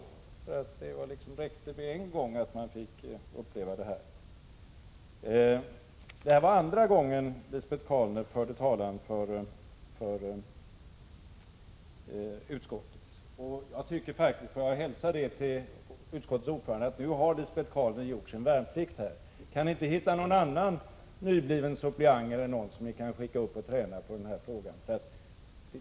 Det brukar räcka med att vederbörande uppträder en gång i denna fråga. Det här var andra gången Lisbet Calner förde utskottets talan. Får jag hälsa till utskottets ordförande att Lisbet Calner nu har gjort sin värnplikt här. Kan ni inte hitta någon annan nybliven suppleant att skicka upp och träna i den frågan?